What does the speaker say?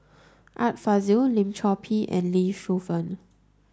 Art Fazil Lim Chor Pee and Lee Shu Fen